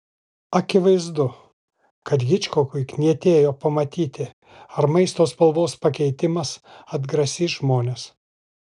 akivaizdu kad hičkokui knietėjo pamatyti ar maisto spalvos pakeitimas atgrasys žmones